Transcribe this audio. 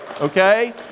Okay